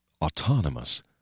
Autonomous